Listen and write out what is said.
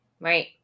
Right